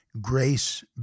Grace